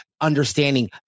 understanding